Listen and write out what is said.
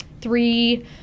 Three